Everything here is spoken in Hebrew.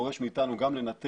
זה דורש מאיתנו גם לנטר,